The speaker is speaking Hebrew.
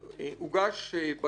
הוגש בג"ץ